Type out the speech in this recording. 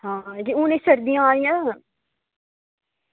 आं ते हून सर्दियां आवा दियां